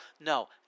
No